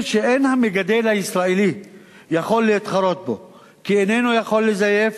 שאין המגדל הישראלי יכול להתחרות בו כי איננו יכול לזייף,